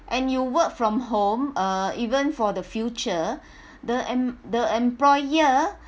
and you work from home uh even for the future the em~ the employer